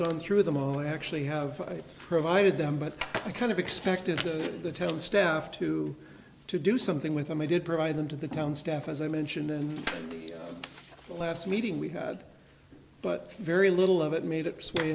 gone through them all actually have provided them but i kind of expected the telling staff to to do something with them we did provide them to the town staff as i mentioned in the last meeting we had but very little of it made its way